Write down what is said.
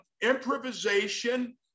improvisation